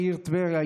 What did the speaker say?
העיר טבריה.